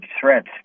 threats